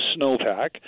snowpack